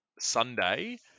Sunday